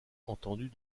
entendues